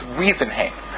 reasoning